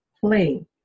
play